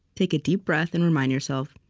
take a deep breath, and remind yourself,